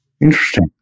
Interesting